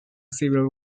civil